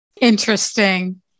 Interesting